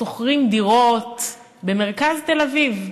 שוכרים דירות במרכז תל-אביב,